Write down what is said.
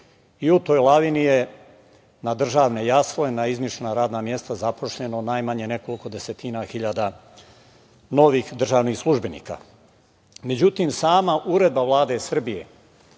U toj lavini je na državne jasle, na izmišljena radna mesta, zaposleno nekoliko desetina hiljada novih državnih službenika.Međutim, sama Uredba Vlade Srbije